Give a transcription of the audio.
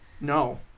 No